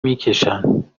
میکشن